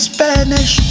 Spanish